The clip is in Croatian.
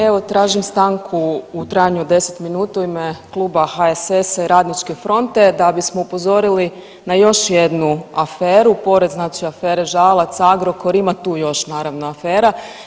Evo tražim stanku u trajanju od 10 minuta u ime Kluba HSS-a i Radničke fronte da bismo upozorili na još jednu aferu, pored znači afere Žalac, Agrokor, ima tu još naravno afera.